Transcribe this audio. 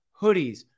hoodies